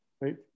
right